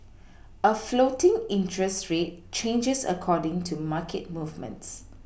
a floating interest rate changes according to market movements